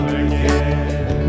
again